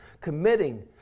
committing